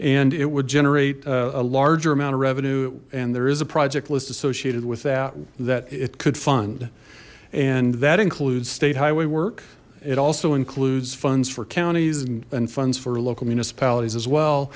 and it would generate a larger amount of revenue and there is a project list associated with that that it could fund and that includes state highway work it also includes funds for counties and funds for local municipalities as well